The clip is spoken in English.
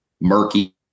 murky